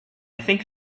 think